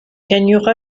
gagnera